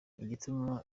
igituma